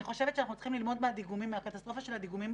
אני חושבת שאנחנו צריכים ללמוד מהקטסטרופה של הדיגומים